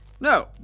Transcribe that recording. No